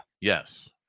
Yes